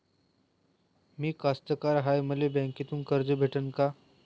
मी कास्तकार हाय, मले बँकेतून कर्ज भेटन का?